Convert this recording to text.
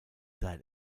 that